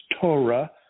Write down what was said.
Torah